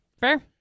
Fair